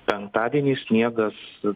penktadienį sniegas